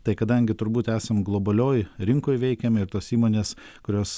tai kadangi turbūt esam globalioj rinkoj veikiam ir tos įmonės kurios